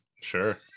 sure